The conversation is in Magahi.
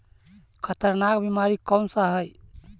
खतरनाक बीमारी कौन सा है?